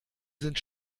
sind